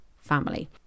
family